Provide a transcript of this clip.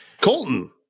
Colton